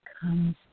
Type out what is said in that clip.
comes